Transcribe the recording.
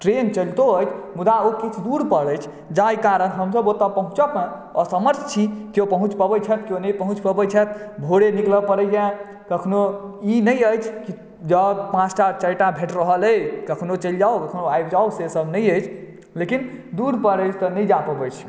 train चलितो अछि मुदा ओ किछु दूर पर अछि जाहि कारण हमसभ ओतऽ पहुँचऽ मे असमर्थ छी केओ पहुँच पबैत छथि के ओ नहि पहुँच पबैत छथि भोरे निकलऽ परैया कखनहुँ ई नहि अछि जे जाउ पाँच टा चारि टा भेट रहल अहि कखनहुँ चलि जाउ आबि जाउ सेसभ नहि अछि लेकिन दूर पर अछि तऽ नहि जा पबै छी